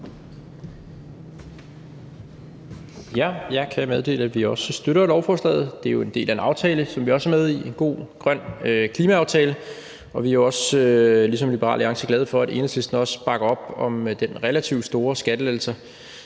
Jeg kan meddele, at vi også støtter lovforslaget. Det er jo en del af en aftale, som vi også er med til, en god, grøn klimaaftale, og vi er også ligesom Liberal Alliance glade for, at Enhedslisten også bakker op om den relativt store skattelettelse,